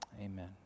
Amen